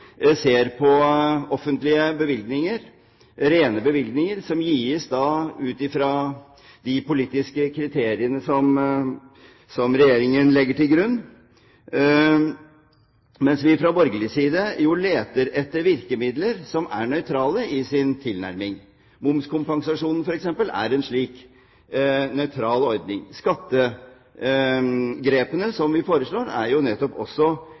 ser på offentlige bevilgninger, rene bevilgninger som gis ut ifra de politiske kriteriene som Regjeringen legger til grunn, leter vi fra borgerlig side etter virkemidler som er nøytrale i sin tilnærming. Momskompensasjonen, f.eks., er en slik nøytral ordning. Skattegrepene som vi foreslår, er nettopp